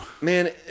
Man